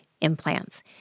implants